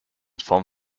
form